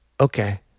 Okay